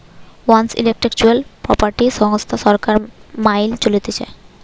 world intellectual property সংস্থা সরকার মাইল চলতিছে